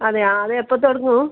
അതെയാ അത് എപ്പോൾ തുടങ്ങും